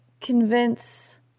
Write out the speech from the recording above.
convince